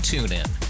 TuneIn